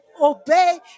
obey